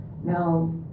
Now